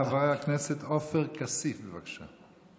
חבר הכנסת עופר כסיף, בבקשה.